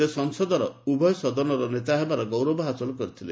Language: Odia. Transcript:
ସେ ସଂସଦର ଉଭୟ ସଦନର ନେତା ହେବାର ଗୌରବ ହାସଲ କରିଥିଲେ